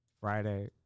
Friday